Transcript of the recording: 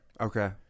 Okay